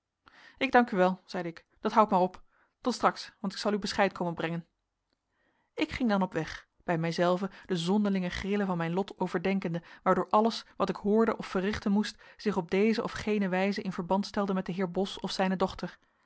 ik dank u wel zeide ik dat houdt maar op tot straks want ik zal u bescheid komen brengen ik ging dan op weg bij mijzelven de zonderlinge grillen van mijn lot overdenkende waardoor alles wat ik hoorde of verrichten moest zich op deze of gene wijze in verband stelde met den heer bos of zijne dochter